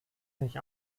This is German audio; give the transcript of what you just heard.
sich